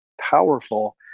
powerful